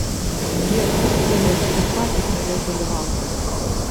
jie ūgtelės ir patys norės dalyvauti